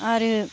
आरो